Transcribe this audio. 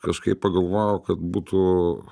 kažkaip pagalvojau kad būtų